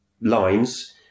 lines